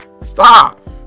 Stop